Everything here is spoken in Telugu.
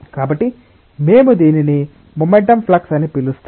కాబట్టి మేము దీనిని మొమెంటం ఫ్లక్స్ అని పిలుస్తాము